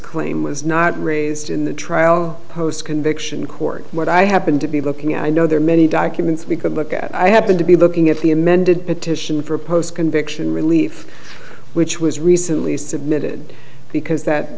claim was not raised in the trial post conviction the court what i happened to be looking i know there are many documents we could look at i happen to be looking at the amended petition for a post conviction relief which was recently submitted because that